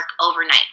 overnight